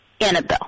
Annabelle